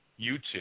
YouTube